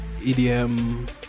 EDM